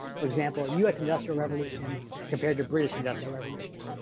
for example, us industrial revolution compared to british industrial revolution.